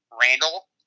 Randall